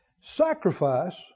Sacrifice